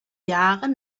jahre